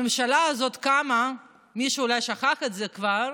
הממשלה הזאת קמה, מישהו אולי שכח את זה כבר,